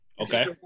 Okay